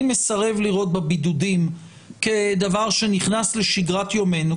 אני מסרב לראות בבידודים דבר שנכנס לשגרת יומנו,